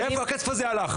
איפה הכסף הזה הלך?